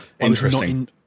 Interesting